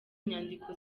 inyandiko